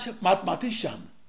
mathematician